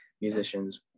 musicians